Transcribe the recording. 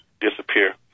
disappear